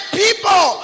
people